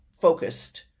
focused